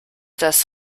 das